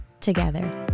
together